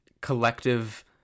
collective